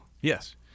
Yes